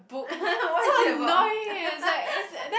what is it about